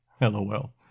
LOL